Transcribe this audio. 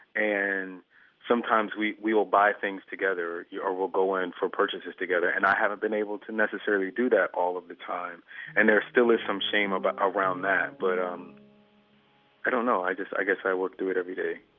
and sometimes we'll we'll buy things together or we'll go in for purchases together, and i haven't been able to necessarily do that all of the time and there still is some shame but around that. but um i i don't know. i guess i guess i work through it every day